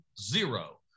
zero